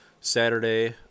Saturday